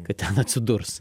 kad ten atsidurs